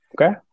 okay